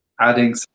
adding